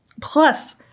Plus-